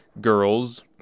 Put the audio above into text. girls